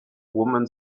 women